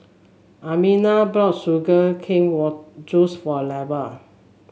Almina brought Sugar Cane Juice for Lavar